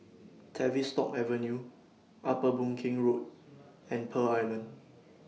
Tavistock Avenue Upper Boon Keng Road and Pearl Island